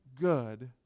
good